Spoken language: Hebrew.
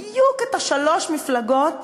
בדיוק את שלוש המפלגות